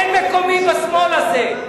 אין מקומי בשמאל הזה.